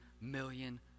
million